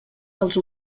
dels